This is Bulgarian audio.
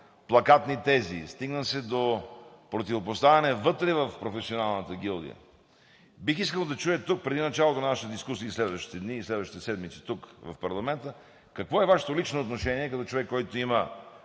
плакатни тези, стигна се до противопоставяне вътре в професионалната гилдия, бих искал да чуя тук, преди началото на нашата дискусия в следващите дни и следващите седмици в парламента: какво е Вашето лично отношение като човек, който има